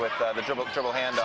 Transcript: with the double double hand